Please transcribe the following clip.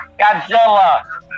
Godzilla